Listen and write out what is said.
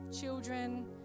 children